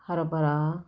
हरभरा